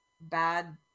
bad